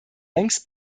längst